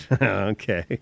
Okay